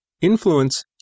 Influence